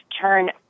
turn